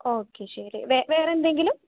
okay ശരി വേറെ എന്തെങ്കിലും